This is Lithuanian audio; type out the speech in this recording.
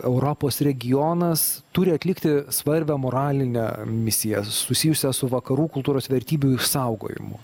europos regionas turi atlikti svarbią moralinę misiją susijusią su vakarų kultūros vertybių išsaugojimu